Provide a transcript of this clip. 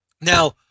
Now